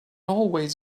always